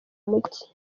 muke